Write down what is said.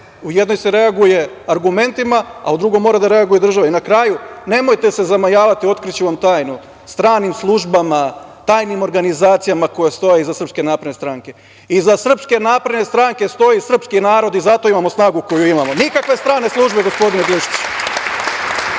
U jednoj se reaguje argumentima, a u drugom mora da reaguje država. Na kraju, nemojte se zamajavati, otkriću vam tajnu, stranim službama, tajnim organizacijama koje stoje iza SNS, iza SNS stranke stoji srpski narod i zato imamo snagu koju imamo. Nikakve strane službe gospodine Glišiću.